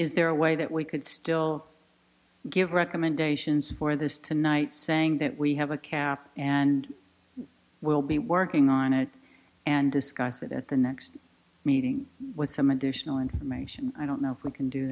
is there a way that we could still give recommendations for this tonight saying that we have a cap and we'll be working on it and discuss it at the next meeting with some additional information i don't know if we can do